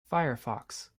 firefox